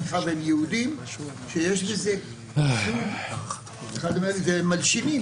מאחר והם יהודים - אחד אומר לי שאלה מלשינים.